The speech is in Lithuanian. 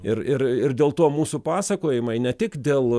ir ir ir dėl to mūsų pasakojimai ne tik dėl